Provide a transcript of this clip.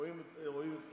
רואים את